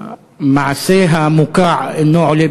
המעשה המוקע אינו עולה